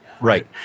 Right